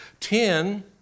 ten